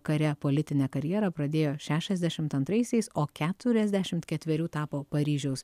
kare politinę karjerą pradėjo šešiasdešimt antraisiais o keturiasdešimt ketverių tapo paryžiaus